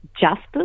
justice